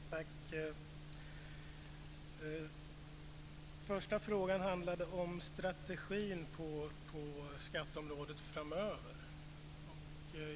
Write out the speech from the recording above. Fru talman! Den första frågan handlade om strategin på skatteområdet framöver.